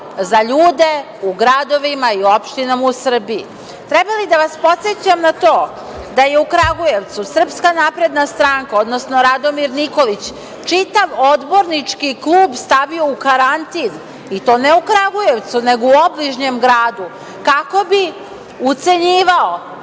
za ljude u gradovima i u opštinama u Srbiji. Treba li da vas podsećam na to da je u Kragujevcu SNS, odnosno Radomir Nikolić, čitav odbornički klub stavio u karantin, i to ne u Kragujevcu, nego u obližnjem gradu, kako bi ucenjivao